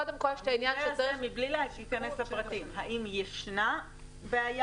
את אומרת את זה מבלי להיכנס לפרטים האם ישנה בעיה